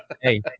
Hey